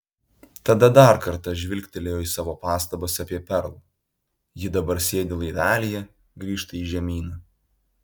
tada dar kartą žvilgtelėjo į savo pastabas apie perl ji dabar sėdi laivelyje grįžta į žemyną